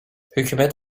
hükümet